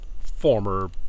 Former